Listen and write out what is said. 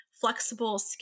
flexible